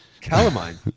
Calamine